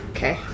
Okay